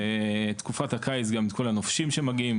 ובתקופת הקיץ גם את כל הנופשים שמגיעים,